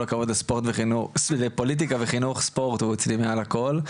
הכבוד לפוליטיקה וחינוך ספורט הוא אצלי מעל הכל,